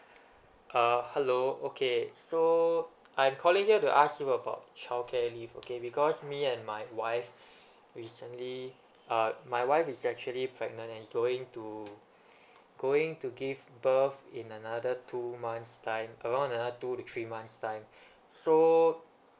uh hello okay so I'm calling here to ask you about childcare leave okay because me and my wife recently uh my wife is actually pregnant and is going to going to give birth in another two months' time around another two to three months' time so